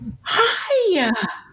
hi